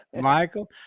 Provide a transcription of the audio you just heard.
Michael